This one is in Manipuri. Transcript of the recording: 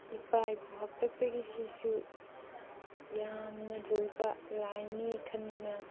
ꯏꯄꯥ ꯏꯄꯨ ꯍꯥꯛꯇꯛꯇꯒꯤ ꯁꯤꯁꯨ ꯌꯥꯝꯅ ꯂꯨꯕ ꯂꯥꯏꯅꯤ ꯈꯟꯗꯨꯅ